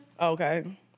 Okay